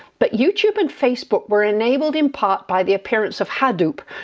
but youtube and facebook were enabled in part by the appearance of hadoop,